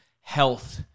health